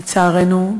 לצערנו,